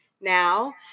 now